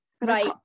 right